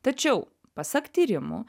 tačiau pasak tyrimų